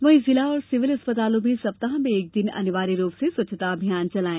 वहीं जिला और सिविल अस्पतालों में सप्ताह में एक दिन अनिवार्य रूप से स्वच्छता अभियान चलायें